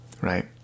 right